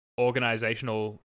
organizational